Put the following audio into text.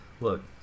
look